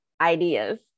ideas